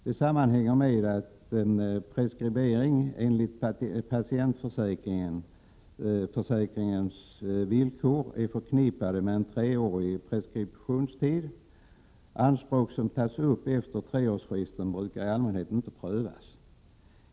Detta sammanhänger med att patientförsäkringens villkor innehåller en treårig preskriptionstid. Anspråk som tas upp efter treårsfristen prövas i allmänhet inte.